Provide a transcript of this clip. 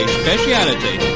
speciality